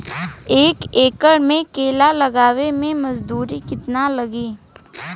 एक एकड़ में केला लगावे में मजदूरी कितना लागी?